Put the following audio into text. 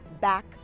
back